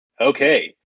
Okay